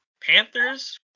Panthers